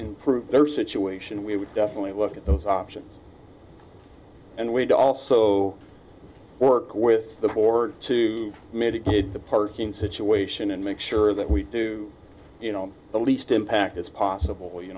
n their situation we would definitely look at those options and we'd also work with the board to mitigate the parking situation and make sure that we do you know the least impact it's possible you